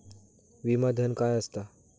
विमा धन काय असता?